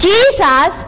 Jesus